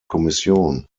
kommission